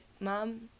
mom